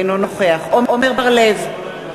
אינו נוכח עמר בר-לב,